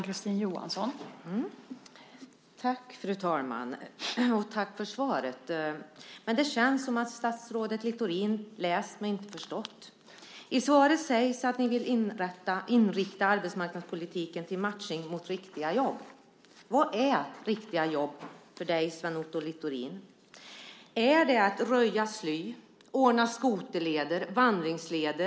Fru talman! Jag vill tacka för svaret. Dock känns det som om statsrådet Littorin läst men inte förstått. I svaret sägs att ni vill inrikta arbetsmarknadspolitiken på matchning och riktiga jobb. Vad är riktiga jobb för dig, Sven Otto Littorin? Är det inte att röja sly och att ordna skoterleder och vandringsleder?